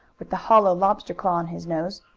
with the hollow lobster claw on his nose.